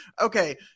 okay